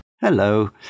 Hello